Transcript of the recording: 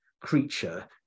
creature